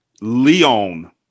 Leon